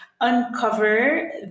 uncover